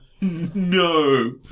no